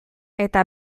eta